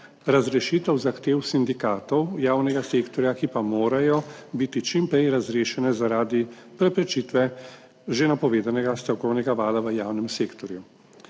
razrešitev zahtev sindikatov javnega sektorja, ki pa morajo biti čim prej razrešene zaradi preprečitve že napovedanega stavkovnega vala v javnem sektorju.